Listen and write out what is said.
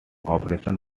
operation